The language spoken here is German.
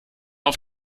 auf